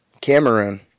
Cameroon